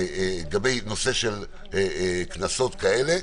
לגבי נושא של קנסות כאלה,